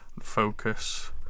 focus